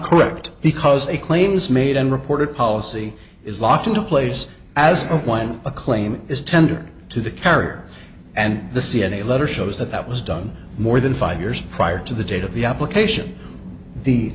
correct because a claim is made and reported policy is locked into place as of when a claim is tendered to the carrier and the c n a letter shows that that was done more than five years prior to the date of the application the